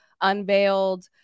unveiled